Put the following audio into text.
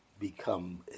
become